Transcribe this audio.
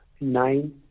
nine